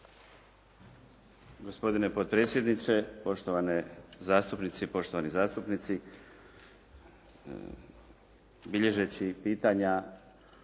gospodine predsjedniče, poštovani zastupnice i poštovane zastupnici. Bilježeći pitanja